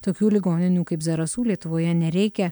tokių ligoninių kaip zarasų lietuvoje nereikia